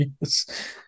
Yes